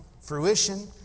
fruition